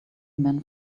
men